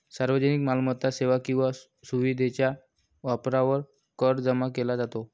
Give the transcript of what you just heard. सार्वजनिक मालमत्ता, सेवा किंवा सुविधेच्या वापरावर कर जमा केला जातो